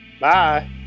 Bye